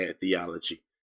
theology